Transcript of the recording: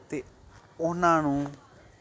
ਅਤੇ ਉਹਨਾਂ ਨੂੰ